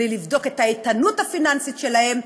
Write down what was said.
בלי לבדוק את האיתנות הפיננסית שלהם.